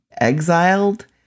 exiled